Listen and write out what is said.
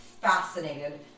fascinated